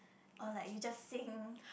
or like you just sing